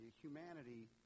humanity